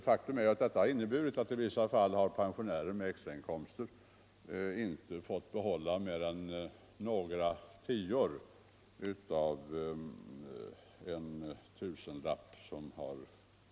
Faktum är att nuvarande regler har inneburit att pensionärer med extra inkomster i vissa skikt inte fått behålla mer än några tior av en tusenlapp.